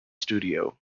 studio